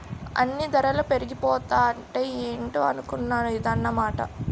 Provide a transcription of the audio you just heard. అన్నీ దరలు పెరిగిపోతాంటే ఏటో అనుకున్నాను ఇదన్నమాట